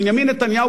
בנימין נתניהו,